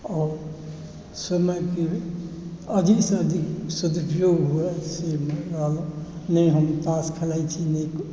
आओर समयके अधिकसँ अधिक सदुपयोग हुए से नहि हम ताश खेलाइ छी नहि